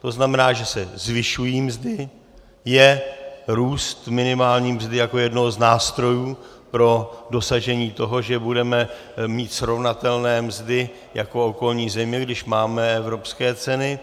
To znamená, že se zvyšují mzdy, je růst minimální mzdy jako jednoho z nástrojů pro dosažení toho, že budeme mít srovnatelné mzdy jako okolní země, když máme evropské ceny.